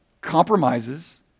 Compromises